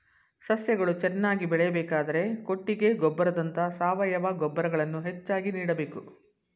ಸಸ್ಯಗಳು ಚೆನ್ನಾಗಿ ಬೆಳೆಯಬೇಕಾದರೆ ಕೊಟ್ಟಿಗೆ ಗೊಬ್ಬರದಂತ ಸಾವಯವ ಗೊಬ್ಬರಗಳನ್ನು ಹೆಚ್ಚಾಗಿ ನೀಡಬೇಕು